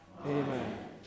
Amen